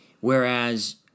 Whereas